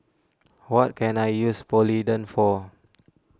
what can I use Polident for